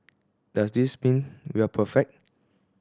does this mean we are perfect